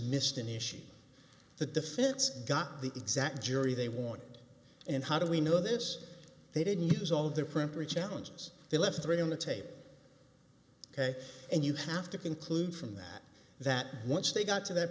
missed an issue the defense got the exact jury they want and how do we know this they didn't use all their primp originality as they left three on the tape ok and you have to conclude from that that once they got to that